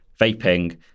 vaping